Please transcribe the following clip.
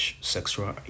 sexual